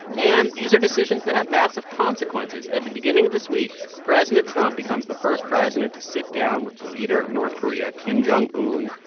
and these are decisions that have massive consequences at the beginning of this week, president trump becomes the first president to sit down with the leader of north korea, kim jong un,